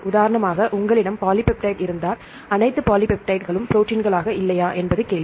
உதாரணமாக உங்களிடம் பாலிபெப்டைட் இருந்தால் அனைத்து பாலிபெப்டைட்களும் ப்ரோடீன்களா இல்லையா என்பது கேள்வி